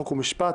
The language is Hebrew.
חוק ומשפט,